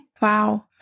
Wow